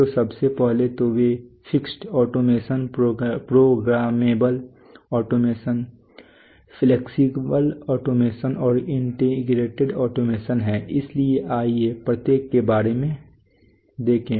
तो सबसे पहले तो वे fixed automation programmable automation flexible automation और इंटीग्रेटेड ऑटोमेशन हैं इसलिए आइए प्रत्येक के बारे में देखें